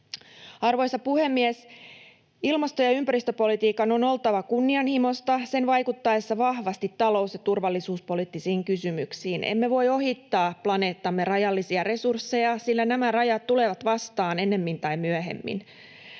Arvoisa puhemies! Ilmasto- ja ympäristöpolitiikan on oltava kunnianhimoista sen vaikuttaessa vahvasti talous- ja turvallisuuspoliittisiin kysymyksiin. Emme voi ohittaa planeettamme rajallisia resursseja, sillä nämä rajat tulevat vastaan ennemmin tai myöhemmin.